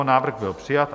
Návrh byl přijat.